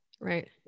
Right